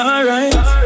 Alright